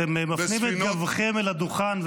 אתם מפנים את גבכם אל הדוכן,